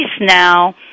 now